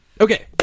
Okay